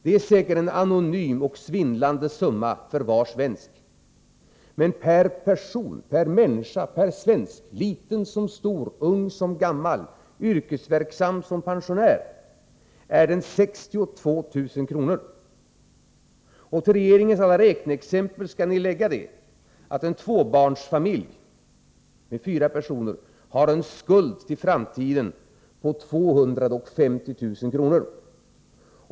Det är säkert en anonym och svindlande summa för var svensk. Men per person, per människa, per svensk — såväl ung som gammal, yrkesverksam som pensionär — är den 62 000 kr. Till regeringens alla räkneexempel skall läggas att en tvåbarnsfamilj, en familj med fyra personer, har en skuld till framtiden på 250000 kr.